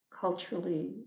culturally